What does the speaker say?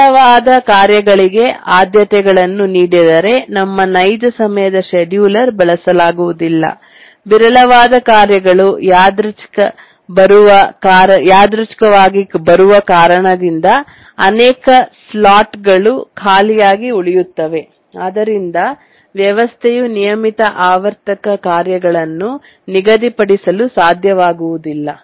ವಿರಳವಾದ ಕಾರ್ಯಗಳಿಗೆ ಆದ್ಯತೆಗಳನ್ನು ನೀಡಿದರೆ ನಮ್ಮ ನೈಜ ಸಮಯದ ಶೆಡ್ಯೂಲರ್ ಬಳಸಲಾಗುವುದಿಲ್ಲ ವಿರಳವಾದ ಕಾರ್ಯಗಳು ಯಾದೃಚ್ಕವಾಗಿ ಬರುವ ಕಾರಣದಿಂದ ಅನೇಕ ಸ್ಲಾಟ್ಗಳು ಖಾಲಿಯಾಗಿ ಉಳಿಯುತ್ತವೆ ಅದರಿಂದ ವ್ಯವಸ್ಥೆಯು ನಿಯಮಿತ ಆವರ್ತಕ ಕಾರ್ಯಗಳನ್ನು ನಿಗದಿಪಡಿಸಲು ಸಾಧ್ಯವಾಗುವುದಿಲ್ಲ